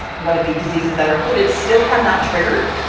one of the diseases that are included still have not triggered,